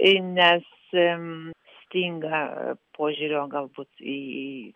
nes stinga požiūrio galbūt į į